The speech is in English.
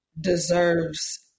deserves